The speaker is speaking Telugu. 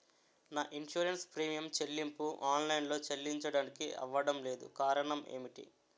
నా ఇన్సురెన్స్ ప్రీమియం చెల్లింపు ఆన్ లైన్ లో చెల్లించడానికి అవ్వడం లేదు కారణం ఏమిటి?